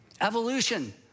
Evolution